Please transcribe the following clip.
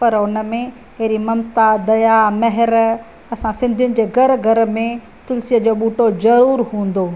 पर हुन में अहिड़ी ममता दया महर असां सिंधिनि जे घर घर में तुलसी जो बूटो ज़रूर हूंदो